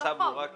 תחילתו של החוק,